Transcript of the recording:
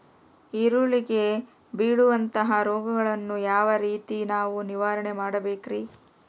ಈರುಳ್ಳಿಗೆ ಬೇಳುವಂತಹ ರೋಗಗಳನ್ನು ಯಾವ ರೇತಿ ನಾವು ನಿವಾರಣೆ ಮಾಡಬೇಕ್ರಿ?